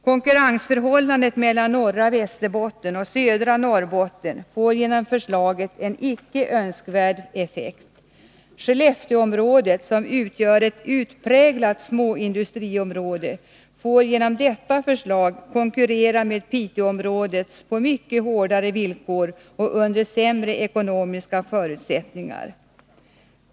Konkurrensförhållandet mellan norra Västerbotten och södra Norrbotten får genom förslaget en icke önskvärd effekt. Skelleftekområdet, som utgör ett utpräglat småindustriområde, får om detta förslag genomförs konkurrera med Piteåområdet under sämre ekonomiska förutsättningar och över huvud taget på mycket hårdare villkor.